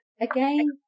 again